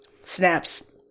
Snaps